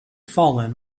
fallen